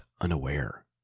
unaware